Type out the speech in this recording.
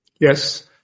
Yes